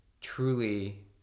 truly